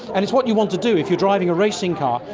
and it's what you want to do if you're driving a racing car,